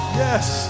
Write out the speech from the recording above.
yes